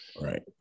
right